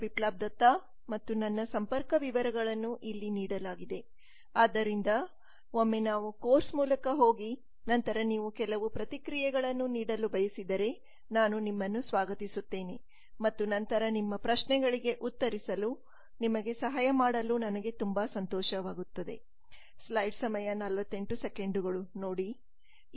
ಬಿಪ್ಲಾಬ್ ದತ್ತಾ ಮತ್ತು ನನ್ನ ಸಂಪರ್ಕ ವಿವರಗಳನ್ನು ಇಲ್ಲಿ ನೀಡಲಾಗಿದೆ ಆದ್ದರಿಂದ ಒಮ್ಮೆ ನಾವು ಕೋರ್ಸ್ ಮೂಲಕ ಹೋಗಿ ನಂತರ ನೀವು ಕೆಲವು ಪ್ರತಿಕ್ರಿಯೆಗಳನ್ನು ನೀಡಲು ಬಯಸಿದರೆ ನಾನುನಿಮ್ಮನ್ನು ಸ್ವಾಗತಿಸುತ್ತೇನೆ ಮತ್ತು ನಂತರ ನಿಮ್ಮ ಪ್ರಶ್ನೆಗಳಿಗೆ ಉತ್ತರಿಸಲು ನಿಮಗೆ ಸಹಾಯ ಮಾಡಲು ನನಗೆ ತುಂಬಾ ಸಂತೋಷವಾಗುತ್ತದೆ